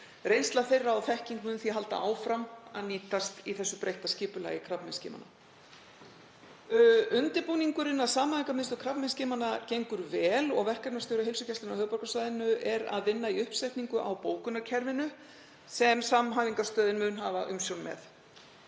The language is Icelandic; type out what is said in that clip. Reynsla þeirra og þekking mun því halda áfram að nýtast í þessu breytta skipulagi krabbameinsskimana. Undirbúningurinn að Samhæfingarstöð krabbameinsskimanna gengur vel og verkefnastjóri Heilsugæslu höfuðborgarsvæðisins er að vinna í uppsetningu á bókunarkerfinu sem Samhæfingarstöðin mun hafa umsjón með.